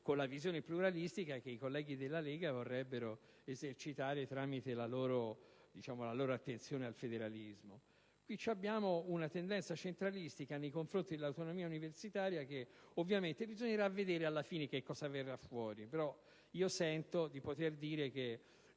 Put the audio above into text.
con la visione pluralistica che i colleghi della Lega vorrebbero esercitare attraverso la loro attenzione al federalismo. Esiste una tendenza centralistica nei confronti dell'autonomia universitaria, e dobbiamo vedere alla fine cosa ne verrà fuori. Sento di poter dire che,